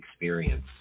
experience